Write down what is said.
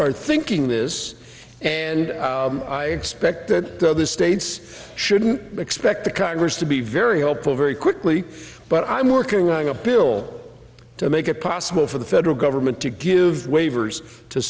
are thinking this and i expect that the states shouldn't expect the congress to be very helpful very quickly but i'm working on a bill to make it possible for the federal government to give waivers to